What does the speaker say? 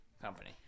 company